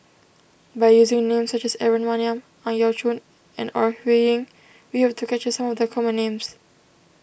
by using names such as Aaron Maniam Ang Yau Choon and Ore Huiying we hope to capture some of the common names